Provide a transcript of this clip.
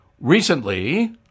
Recently